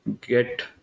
get